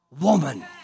woman